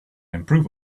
improve